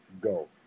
go